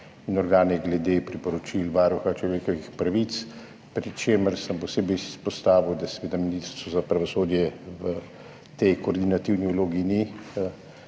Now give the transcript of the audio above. in organe glede priporočil Varuha človekovih pravic, pri čemer sem posebej izpostavil, da Ministrstvo za pravosodje v tej koordinativni vlogi ni